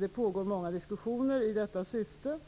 Det pågår många diskussioner i detta syfte.